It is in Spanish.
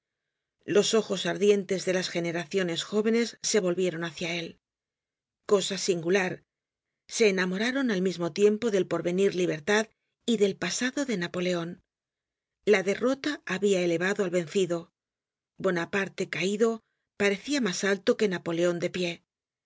los ojos ardientes de las generaciones jóvenes se volvieron hácia él cosa singular se enamoraron al mismo tiempo del porvenir libertad y del pasado napoleon la derrota habia elevado al vencido bonaparte